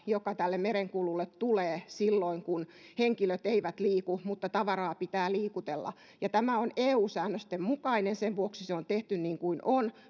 joka tälle merenkululle tulee silloin kun henkilöt eivät liiku mutta tavaraa pitää liikutella tämä on eu säännösten mukainen sen vuoksi se on tehty niin kuin on